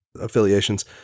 affiliations